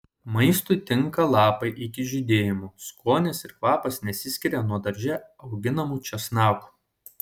maistui tinka lapai iki žydėjimo skonis ir kvapas nesiskiria nuo darže auginamų česnakų